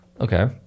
Okay